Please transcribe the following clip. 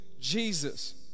Jesus